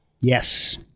Yes